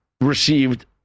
received